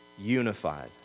unified